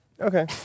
Okay